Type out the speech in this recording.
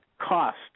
cost